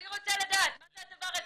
אני רוצה לדעת מה זה הדבר הזה.